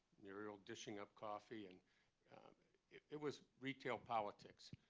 muriel dishing up coffee. and it it was retail politics.